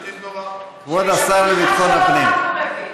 כבוד השר לביטחון הפנים,